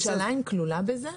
ירושלים כלולה בזה?